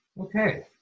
Okay